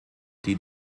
die